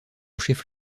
chef